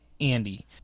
Andy